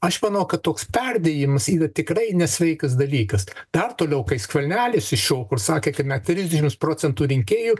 aš manau kad toks perdėjimas yra tikrai nesveikas dalykas dar toliau kai skvernelis iššoko ir sakė kad net trisdešims procentų rinkėjų